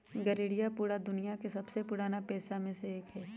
गरेड़िया पूरा दुनिया के सबसे पुराना पेशा में से एक हई